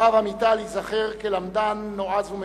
הרב עמיטל ייזכר כלמדן נועז ומקורי,